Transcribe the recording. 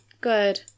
Good